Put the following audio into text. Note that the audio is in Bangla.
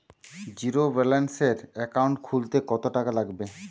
জিরোব্যেলেন্সের একাউন্ট খুলতে কত টাকা লাগবে?